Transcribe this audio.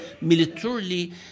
militarily